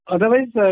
Otherwise